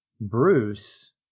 Bruce